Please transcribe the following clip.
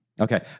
Okay